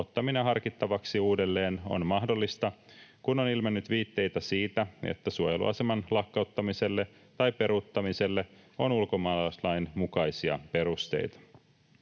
ottaminen harkittavaksi uudelleen on mahdollista, kun on ilmennyt viitteitä siitä, että suojeluaseman lakkauttamiselle tai peruuttamiselle on ulkomaalaislain mukaisia perusteita.